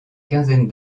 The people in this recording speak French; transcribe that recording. quinzaine